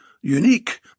unique